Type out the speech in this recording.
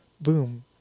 Boom